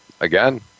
again